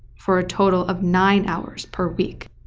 for a total of nine hours per week.